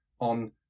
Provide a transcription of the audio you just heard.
on